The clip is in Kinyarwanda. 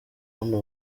hano